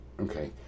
Okay